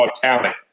talent